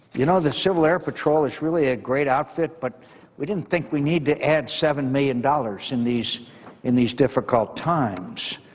you know, the civil air patrol is really a great outfit, but we didn't think we need to add seven million dollars in these in these difficult times.